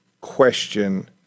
question